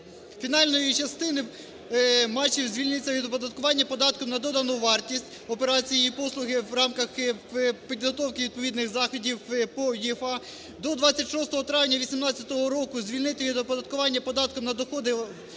фінальної частини матчів звільнюються від оподаткування податком на додану вартість операції і послуги в рамках підготовки відповідних заходів по УЄФА до 26 травня 2018 року звільнити від оподаткування податком на доходи